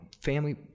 family